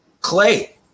Clay